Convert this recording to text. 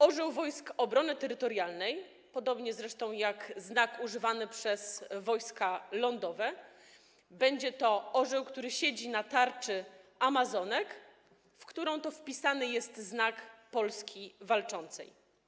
Orzeł Wojsk Obrony Terytorialnej, podobnie zresztą jak znak używany przez Wojska Lądowe, to będzie orzeł, który siedzi na tarczy amazonek, w którą to wpisany jest Znak Polski Walczącej.